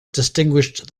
distinguished